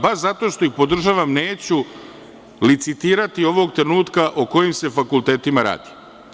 Baš zato što ih podržavam, neću licitirati ovog trenutka o kojim se fakultetima radi.